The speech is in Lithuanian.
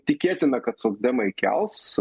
tikėtina kad socdemai kels